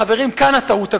חברים, כאן הטעות הגדולה.